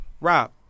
Rob